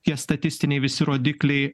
tie statistiniai visi rodikliai